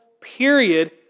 period